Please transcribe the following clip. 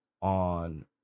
on